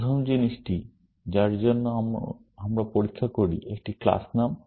প্রথম জিনিসটি যার জন্য আমরা পরীক্ষা করি একটি ক্লাস নাম